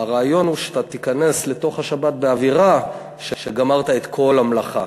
הרעיון הוא שאתה תיכנס לתוך השבת באווירה שגמרת את כל המלאכה.